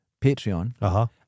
Patreon